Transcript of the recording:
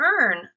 earn